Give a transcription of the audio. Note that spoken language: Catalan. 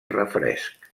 refresc